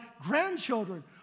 grandchildren